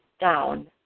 down